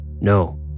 No